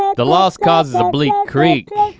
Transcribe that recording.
um the lost causes of bleak creek.